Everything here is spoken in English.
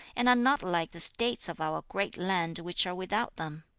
and are not like the states of our great land which are without them